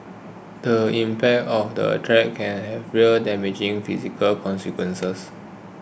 the impact of that threat can have real and damaging physical consequences